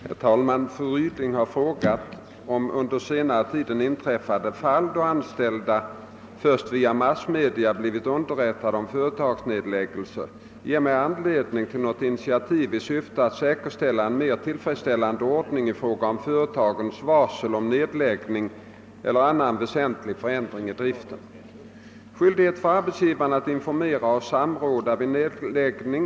Herr talman! Fru Ryding har frågat om under senare tid inträffade fall då anställda först via massmedia blivit underrättade om företagsnedläggelse ger mig anledning till något initiativ i syfte att säkerställa en mera tillfredsställande ordning i fråga om företagens varsel om nedläggning eller annan väsentlig förändring i driften.